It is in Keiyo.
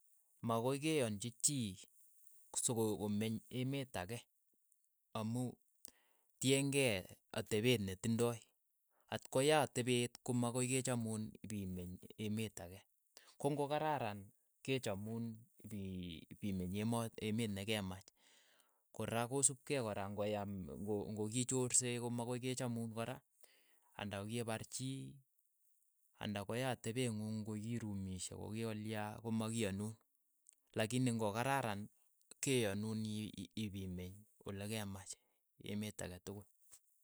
Makoi ke anchi chii soko komeny emet ake amu tien kei atepet netindoi, ng'o ya atepet ko makoi kechamun pi meny emet ake, ko ng'o kararan ke chamun pi- pi meny emot emet nekecham, kora kosup kei kora ng'oyam ng'o ng'okichorsee ko makoi kechamun kora anda ko kipar chii, anda ko ya atepet ng'ung ng'o kirumishe ko kikolya komakiyanun, lakini ng'o kararan keyanun i- ipimeny olekemach, emet ake tukul.